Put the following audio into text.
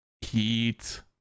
heat